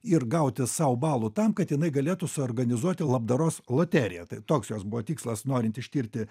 ir gauti sau balų tam kad jinai galėtų suorganizuoti labdaros loteriją tai toks jos buvo tikslas norint ištirti